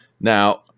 Now